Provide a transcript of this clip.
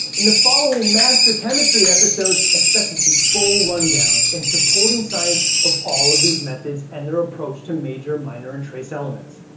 in the following master chemistry episodes, expect to see full run downs and supporting science of all of these methods and their approach to major, minor, and trace elements.